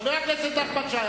חבר הכנסת נחמן שי,